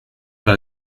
pas